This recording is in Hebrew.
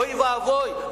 אוי ואבוי,